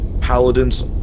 paladin's